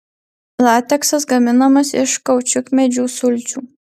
lateksas gaminamas iš kaučiukmedžių sulčių